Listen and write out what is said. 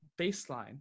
baseline